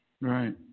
Right